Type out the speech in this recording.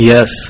Yes